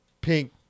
pink